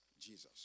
Jesus